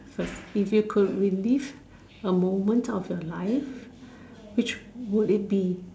first if you could relive a moment of your life which would it be